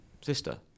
sister